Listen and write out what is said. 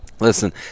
Listen